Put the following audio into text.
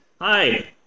hi